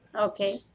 Okay